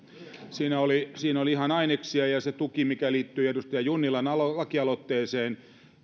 siinä oli ihan aineksia ja ja se tuki mikä liittyy edustaja junnilan lakialoitteeseen noin